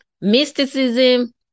mysticism